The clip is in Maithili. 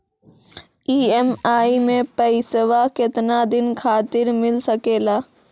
ई.एम.आई मैं पैसवा केतना दिन खातिर मिल सके ला?